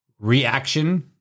Reaction